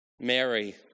Mary